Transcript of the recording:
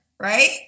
Right